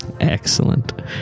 Excellent